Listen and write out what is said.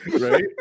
Right